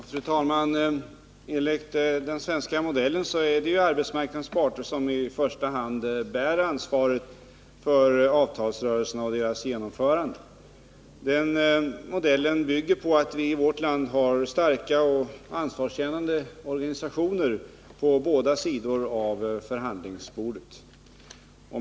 Fru talman! Enligt den svenska modellen är det ju arbetsmarknadens parter som i första hand bär ansvaret för avtalsrörelserna och deras genomförande. Den modellen bygger på att vi i vårt land har starka och ansvarskännande organisationer på båda sidor av förhandlingsbordet.